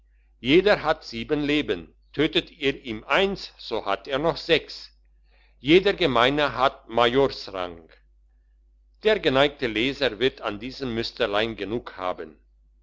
jeder hat sieben leben tötet ihr ihm eins so hat er noch sechs jeder gemeine hat majorsrang der geneigte leser wird an diesem müsterlein genug haben